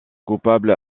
coupable